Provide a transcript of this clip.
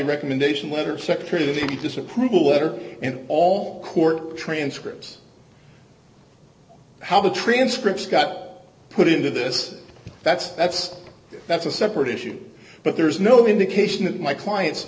recommendation letter secretary to disapproval letter and all court transcripts how the transcripts got put into this that's that's that's a separate issue but there's no indication that my client